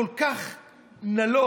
כל כך נלוז,